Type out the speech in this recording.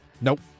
Nope